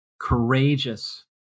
courageous